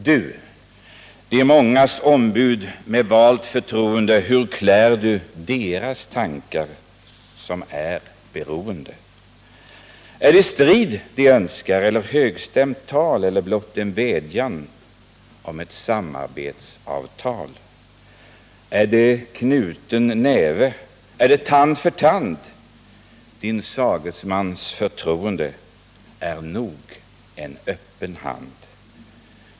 Du, de mångas ombud med valt förtroende, hur klär Du deras tankar som är beroende? Är det strid de önskar eller högstämt tal eller blott en vädjan om ett samarbetsavtal? Är det knuten näve är det tand för tand? Din sagesmans förtroende är nog en öppen hand.